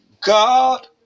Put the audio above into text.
God